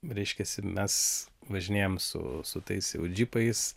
reiškiasi mes važinėjam su su tais jau džipais